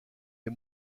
les